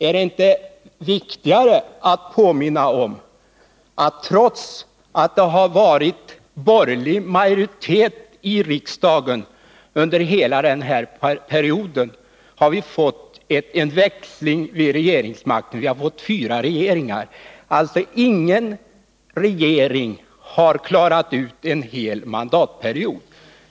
Är det inte viktigare att påminna om, att trots att det har varit borgerlig majoritet i riksdagen under hela denna period. har vi fått en växling vid regeringsmakten —- vi har fått fyra regeringar. Ingen regering har alltså kunnat klara en hel mandatperiod.